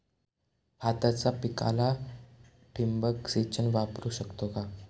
भाताच्या पिकाला ठिबक सिंचन वापरू शकतो का?